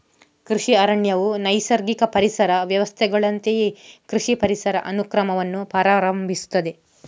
ಕೃಷಿ ಅರಣ್ಯವು ನೈಸರ್ಗಿಕ ಪರಿಸರ ವ್ಯವಸ್ಥೆಗಳಂತೆಯೇ ಕೃಷಿ ಪರಿಸರ ಅನುಕ್ರಮವನ್ನು ಪ್ರಾರಂಭಿಸುತ್ತದೆ